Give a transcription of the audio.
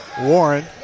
Warren